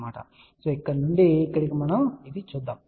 కాబట్టి ఇక్కడ నుండి ఇక్కడికి మనం ఇది తెలుసుకున్నాము